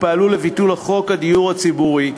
שפעלו לביטול חוק הדיור הציבורי,